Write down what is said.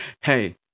Hey